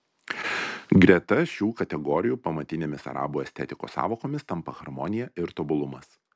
greta šių kategorijų pamatinėmis arabų estetikos sąvokomis tampa harmonija ir tobulumas